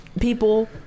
people